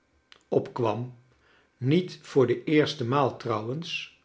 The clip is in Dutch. arthur opkwam niet voor de eerste maal trouwens